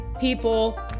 people